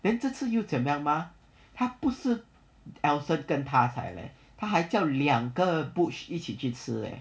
then 这次又怎么样嘛他不是 elson 跟他才 leh 他还叫了两个 butch 一起去吃 leh